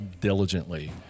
diligently